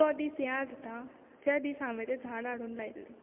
तो दीस याद जाता जे दीस हांवे तें झाड हाडून लायिल्लें